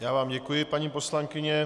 Já vám děkuji, paní poslankyně.